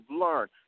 learned